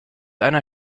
einer